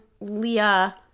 Leah